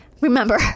Remember